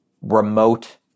remote